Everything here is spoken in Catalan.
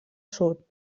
sud